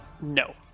No